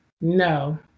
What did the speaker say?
no